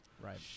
right